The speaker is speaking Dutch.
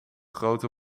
grote